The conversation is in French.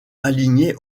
alignés